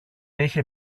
είχε